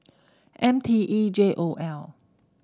M T E J O L